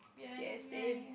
yes same